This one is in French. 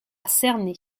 cerné